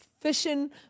fishing